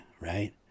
right